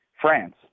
France